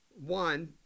one